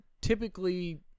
typically—